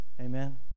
Amen